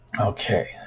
Okay